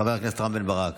חבר הכנסת רם בן ברק,